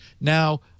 Now